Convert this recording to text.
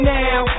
now